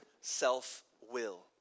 self-will